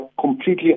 completely